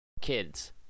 Kids